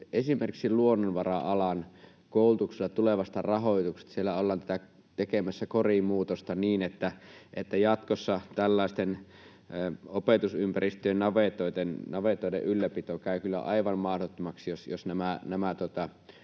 esimerkiksi luonnonvara-alan koulutuksella on erittäin iso huoli tulevasta rahoituksesta. Siellä ollaan tekemässä koriin muutosta niin, että jatkossa tällaisten opetusympäristöjen, navetoiden, ylläpito käy kyllä aivan mahdottomaksi, jos nämä